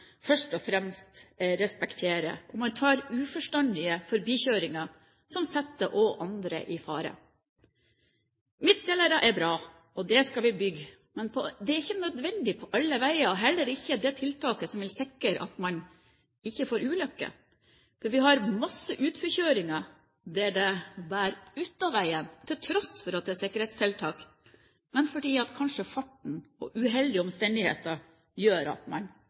først og fremst respekterer. Man tar uforstandige forbikjøringer som også setter andre i fare. Midtdelere er bra, og det skal vi bygge. Men det er ikke nødvendig på alle veier, og er heller ikke det tiltaket som vil sikre at man ikke får ulykker. Vi har masse utforkjøringer der det bærer ut av veien til tross for at det er sikkerhetstiltak, men fordi farten og uheldige omstendigheter kanskje gjør at man